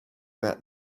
back